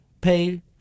pay